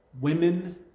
Women